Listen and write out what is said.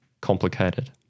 complicated